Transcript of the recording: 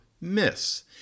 Miss